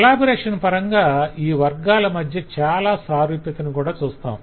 collaboration పరంగా ఈ వర్గాల మధ్య చాలా సారూప్యత కూడా చూస్తాము